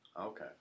Okay